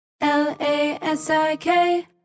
L-A-S-I-K